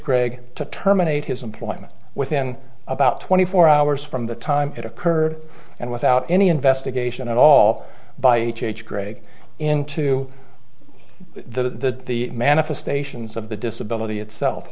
gregg to terminate his employment within about twenty four hours from the time it occurred and without any investigation at all by greg into the manifestations of the disability itself